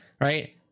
right